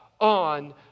on